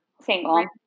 single